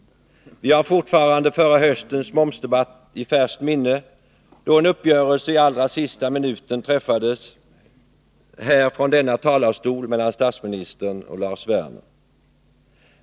Vi har fortfarande förra höstens momsdebatt i färskt minne, då en uppgörelse i allra sista minuten träffades här från denna talarstol mellan statsministern och Lars Werner.